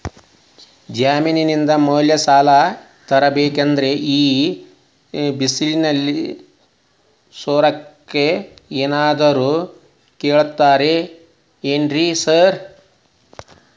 ಜಮೇನಿನ ಮ್ಯಾಲೆ ಸಾಲ ತಗಬೇಕಂದ್ರೆ ಈ ಸಿಬಿಲ್ ಸ್ಕೋರ್ ಏನಾದ್ರ ಕೇಳ್ತಾರ್ ಏನ್ರಿ ಸಾರ್?